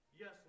Yes